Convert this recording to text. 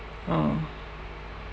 mm